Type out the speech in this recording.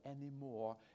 anymore